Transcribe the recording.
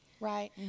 right